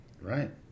right